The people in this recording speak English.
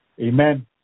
Amen